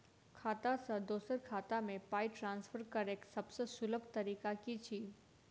खाता सँ दोसर खाता मे पाई ट्रान्सफर करैक सभसँ सुलभ तरीका की छी?